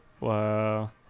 Wow